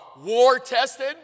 war-tested